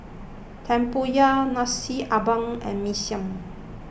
Tempoyak Nasi Ambeng and Mee Siam